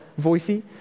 voicey